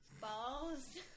Balls